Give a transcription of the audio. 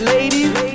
Ladies